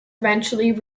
eventually